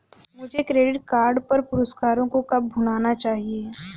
मुझे credit card पर पुरस्कारों को कब भुनाना चाहिए?